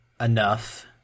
enough